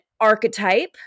archetype